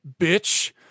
bitch